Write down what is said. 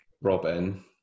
Robin